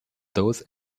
those